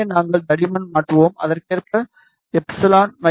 எனவே நாங்கள் தடிமன் மாற்றுவோம் அதற்கேற்ப எப்சிலன்